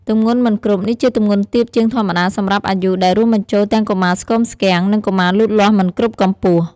ទម្ងន់មិនគ្រប់ នេះជាទម្ងន់ទាបជាងធម្មតាសម្រាប់អាយុ ដែលរួមបញ្ចូលទាំងកុមារស្គមស្គាំង និងកុមារលូតលាស់មិនគ្រប់កម្ពស់។